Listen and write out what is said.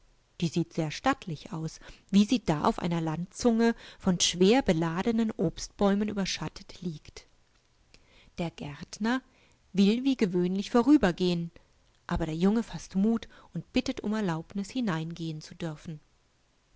alsbiseraneineprächtigerotekirchekommt diesieht sehr stattlich aus wie sie da auf einer landzunge von schwer beladenen obstbäumen überschattet liegt der gärtner will wie gewöhnlich vorübergehen aber der junge faßt mut und bittet um erlaubnis hineingehen zu dürfen